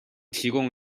提供